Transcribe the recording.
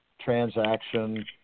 transaction